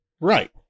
right